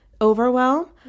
overwhelm